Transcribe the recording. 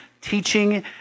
teaching